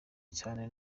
cyane